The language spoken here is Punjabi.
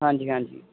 ਹਾਂਜੀ ਹਾਂਜੀ